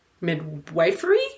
midwifery